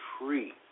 free